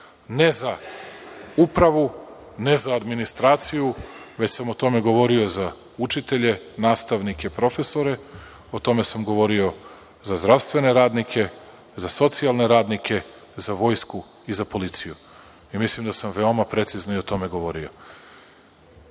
Ne za upravu, ne za administraciju, već sam o tome govorio za učitelje, nastavnike, profesore, o tome sam govorio za zdravstvene radnike, za socijalne radnike, za vojsku i za policiju. Ja mislim da sam veoma precizno i o tome govorio. Da